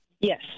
Yes